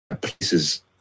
places